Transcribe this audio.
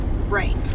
right